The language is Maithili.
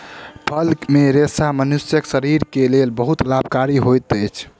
फल मे रेशा मनुष्यक शरीर के लेल बहुत लाभकारी होइत अछि